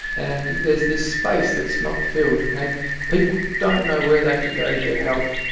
and there's this space that is not filled, and people don't know where they can go to get help.